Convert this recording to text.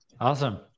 awesome